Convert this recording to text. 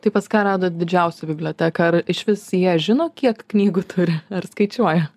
tai pas ką radot didžiausią biblioteką ar išvis jie žino kiek knygų turi ar skaičiuoja